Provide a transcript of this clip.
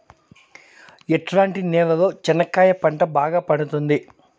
ఎట్లాంటి నేలలో చెనక్కాయ పంట బాగా పండుతుంది?